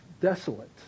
desolate